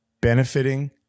Benefiting